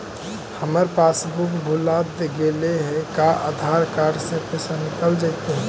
हमर पासबुक भुला गेले हे का आधार कार्ड से पैसा निकल जितै?